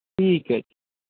ਠੀਕ ਹੈ ਜੀ